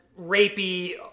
rapey